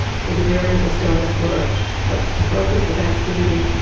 so the variable stars were a focus of activity,